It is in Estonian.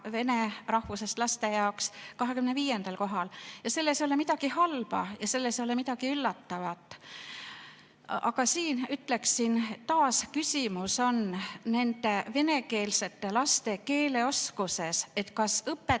vene rahvusest laste jaoks 25. kohal. Selles ei ole midagi halba ja selles ei ole midagi üllatavat. Aga siin ütleksin taas, et küsimus on nende venekeelsete laste keeleoskuses, et kas õpetaja